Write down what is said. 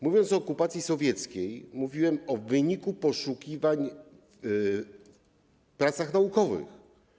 Mówiąc o okupacji sowieckiej, mówiłem o wyniku poszukiwań w pracach naukowych.